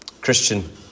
Christian